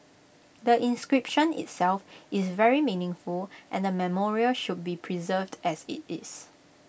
the inscription itself is very meaningful and the memorial should be preserved as IT is